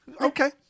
Okay